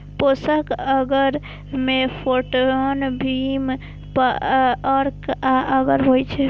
पोषक अगर मे peptone, beef अर्क आ अगर होइ छै